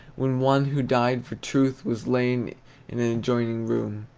when one who died for truth was lain in an adjoining room.